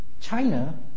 China